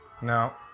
No